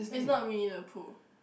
it's not Winnie-the-Pooh